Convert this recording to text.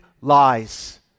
lies